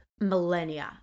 millennia